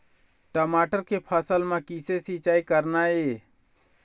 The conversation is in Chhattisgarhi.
टमाटर के फसल म किसे सिचाई करना ये?